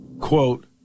quote